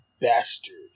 bastard